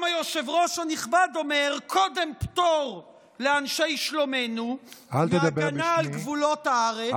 גם היושב-ראש הנכבד אומר: קודם פטור לאנשי שלומנו מהגנה על גבולות הארץ,